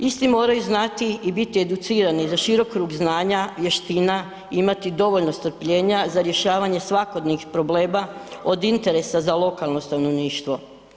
Isti moraju znati i biti educirani za širok krug znanja, vještina, imati dovoljno strpljenja za rješavanje svakodnevnih problema od interesa za lokalno stanovništvo.